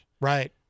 Right